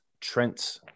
Trent